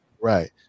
Right